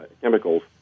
chemicals